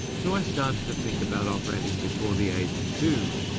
so i started to think about operating before the age of two.